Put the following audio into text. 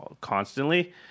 constantly